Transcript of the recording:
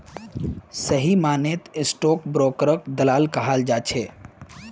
सही मायनेत स्टाक ब्रोकरक दलाल कहाल जा छे